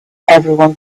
everyone